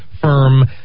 firm